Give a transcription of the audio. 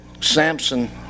Samson